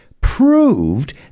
proved